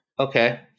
Okay